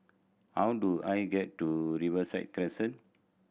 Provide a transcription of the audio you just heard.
how do I get to Riverside Crescent